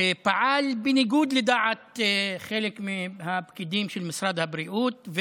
שפעל בניגוד לחלק מהפקידים של משרד הבריאות,